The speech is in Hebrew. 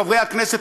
חברי הכנסת,